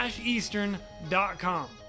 eastern.com